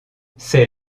c’est